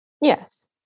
Yes